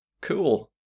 cool